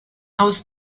aus